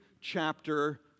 chapter